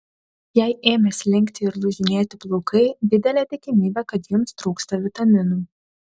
jei ėmė slinkti ir lūžinėti plaukai didelė tikimybė kad jums trūksta vitaminų